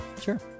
Sure